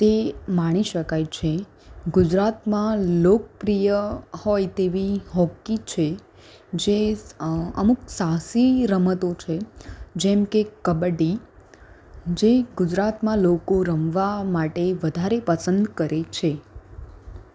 તે માણી શકાય છે ગુજરાતમાં લોકપ્રિય હોય તેવી હોકી છે જે અમુક સાહસી રમતો છે જેમકે કબ્બડી જે ગુજરાતમાં લોકો રમવા માટે વધારે પસંદ કરે છે